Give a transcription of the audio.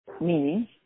Meaning